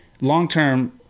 Long-term